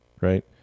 right